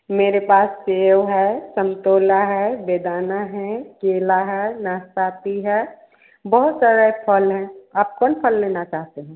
मेरे पास सेब है संतोला है बेदाना है केला है नासपाती है बहुत सारे फल हैं